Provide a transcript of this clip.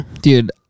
Dude